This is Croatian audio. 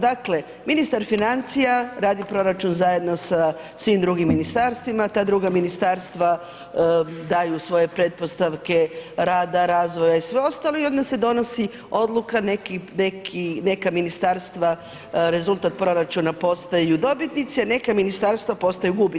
Dakle ministar financija radi proračun zajedno sa svim drugim ministarstvima, ta druga ministarstva daju svoje pretpostavke rada, razvoja i sve ostalo i onda se donosi odluka neki, neka ministarstva rezultat proračuna postaju dobitnici a neka ministarstva postaju gubitnici.